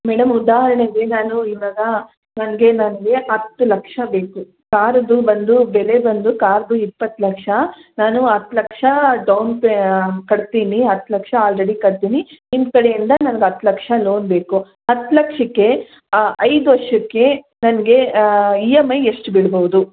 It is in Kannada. ಮೇಡಮ್ ಉದಾಹರಣೆಗೆ ನಾನು ಇವಾಗ ನನಗೆ ನಮಗೆ ಹತ್ತು ಲಕ್ಷ ಬೇಕು ಕಾರ್ದು ಬಂದು ಬೆಲೆ ಬಂದು ಕಾರ್ದು ಇಪ್ಪತ್ತು ಲಕ್ಷ ನಾನು ಹತ್ತು ಲಕ್ಷ ಡೌನ್ ಪೇ ಕಟ್ತೀನಿ ಹತ್ತು ಲಕ್ಷ ಆಲ್ರೆಡಿ ಕಟ್ತೀನಿ ನಿಮ್ಮ ಕಡೆಯಿಂದ ನನಗೆ ಹತ್ತು ಲಕ್ಷ ಲೋನ್ ಬೇಕು ಹತ್ತು ಲಕ್ಷಕ್ಕೆ ಐದು ವರ್ಷಕ್ಕೆ ನನಗೆ ಇ ಎಮ್ ಐ ಎಷ್ಟು ಬೀಳ್ಬೌದು